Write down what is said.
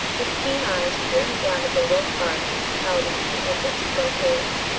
his keen eyes peering down at the little cards which he held in the finger-tips of both hands.